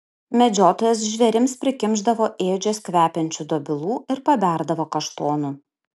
medžiotojas žvėrims prikimšdavo ėdžias kvepiančių dobilų ir paberdavo kaštonų